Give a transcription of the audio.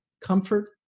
comfort